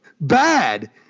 bad